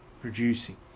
producing